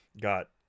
got